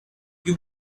you